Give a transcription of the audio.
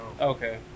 Okay